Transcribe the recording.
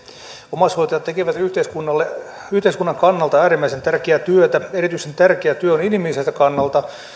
omaishoitajat tekevät yhteiskunnan kannalta äärimmäisen tärkeää työtä erityisen tärkeää työ on inhimilliseltä kannalta